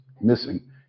missing